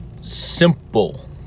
simple